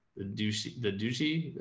do see the duty.